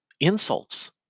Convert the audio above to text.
insults